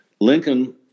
Lincoln